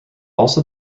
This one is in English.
also